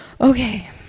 Okay